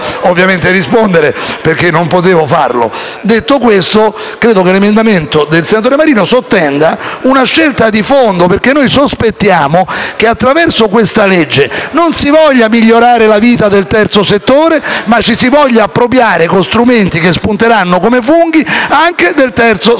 ovviamente rispondere al senatore D'Anna. Detto questo, credo che l'emendamento del senatore Luigi Marino sottenda una scelta di fondo, perché sospettiamo che attraverso questa legge non si voglia migliorare la vita del terzo settore, ma ci si voglia appropriare, con strumenti che spunteranno come funghi, anche del terzo settore.